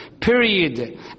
period